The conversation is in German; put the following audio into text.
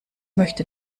möchte